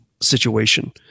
situation